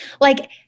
Like-